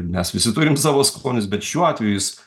mes visi turim savo skonius bet šiuo atveju jis